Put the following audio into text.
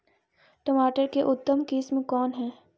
टमाटर के उतम किस्म कौन है?